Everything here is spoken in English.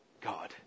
God